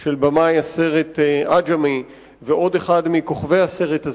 של במאי הסרט "עג'מי" ושל עוד אחד מכוכבי הסרט.